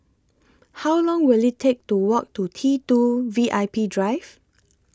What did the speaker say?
How Long Will IT Take to Walk to T two V I P Drive